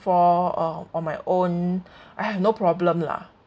for uh on my own I have no problem lah